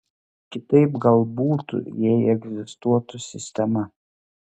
kitaip gal butų jei egzistuotų sistema